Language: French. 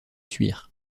thuir